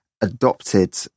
adopted